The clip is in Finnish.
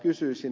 kysyisin